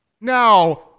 now